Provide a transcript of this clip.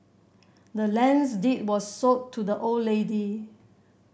the land's deed was sold to the old lady